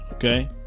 Okay